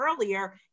earlier